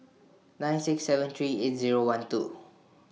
nine six seven three eight Zero one two